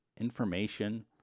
information